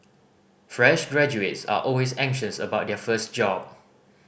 fresh graduates are always anxious about their first job